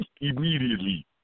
Immediately